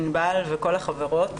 ענבל וכל החברות.